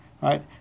right